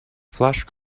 flash